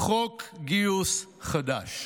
חוק גיוס חדש.